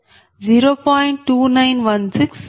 2084 0